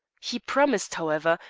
he promised, however,